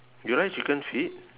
you like chicken feet